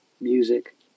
music